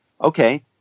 okay